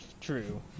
True